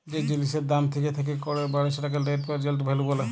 যে জিলিসের দাম থ্যাকে থ্যাকে বাড়ে সেটকে লেট্ পেরজেল্ট ভ্যালু ব্যলে